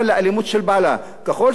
ככל שהוא מכה אותה יותר,